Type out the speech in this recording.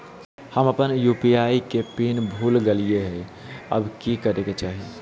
हम अपन यू.पी.आई के पिन कोड भूल गेलिये हई, अब की करे के चाही?